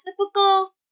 typical